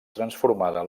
transformada